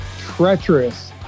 treacherous